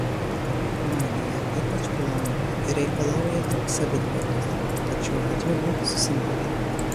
magija ypač puolamoji reikalauja daug savitvardos tad šiuo atžvilgiu susimovei